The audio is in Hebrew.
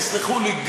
תסלחו לי,